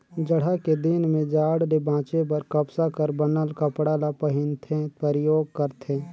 जड़हा के दिन में जाड़ ले बांचे बर कपसा कर बनल कपड़ा ल पहिनथे, परयोग करथे